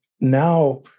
now